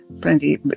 plenty